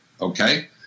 Okay